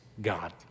God